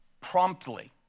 promptly